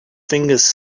fingers